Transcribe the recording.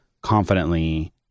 confidently